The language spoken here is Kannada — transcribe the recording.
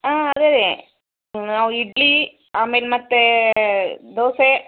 ಹಾಂ ಅದೇ ನಾವು ಇಡ್ಲಿ ಆಮೇಲೆ ಮತ್ತೆ ದೋಸೆ